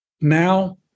now